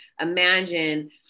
imagine